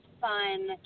fun